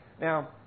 Now